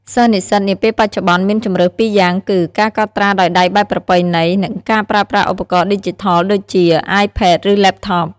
សិស្សនិស្សិតនាពេលបច្ចុប្បន្នមានជម្រើសពីរយ៉ាងគឺ ការកត់ត្រាដោយដៃបែបប្រពៃណី និងការប្រើប្រាស់ឧបករណ៍ឌីជីថលដូចជា អាយផេត ឬ ឡេបថប ។